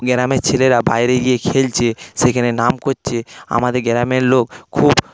গ্রামের ছেলেরা বাইরে গিয়ে খেলছে সেখানে নাম করছে আমাদের গ্রামের লোক খুব মানে